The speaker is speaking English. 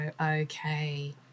okay